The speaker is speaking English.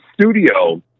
studio